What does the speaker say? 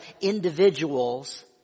individuals